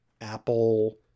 Apple